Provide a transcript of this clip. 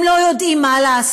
הם לא יודעים מה לעשות.